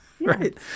right